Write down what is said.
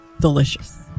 delicious